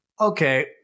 Okay